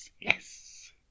Yes